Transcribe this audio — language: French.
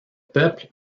peuple